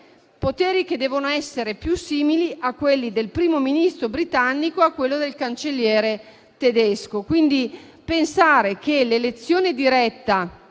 poteri che devono essere più simili a quelli del Primo Ministro britannico e a quelli del Cancelliere tedesco. Pertanto, pensare che l'elezione diretta